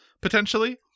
potentially